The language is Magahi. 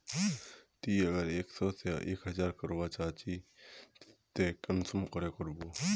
ती अगर एक सो से एक हजार करवा चाँ चची ते कुंसम करे करबो?